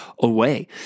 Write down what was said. away